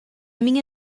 minha